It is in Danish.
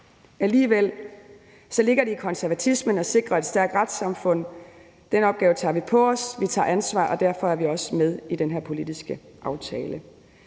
Alligevel ligger det i konservatismen at sikre et stærkt retssamfund. Den opgave tager vi på os, vi tager ansvar, og derfor er vi også med i denne politiske aftale.